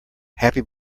happy